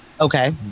Okay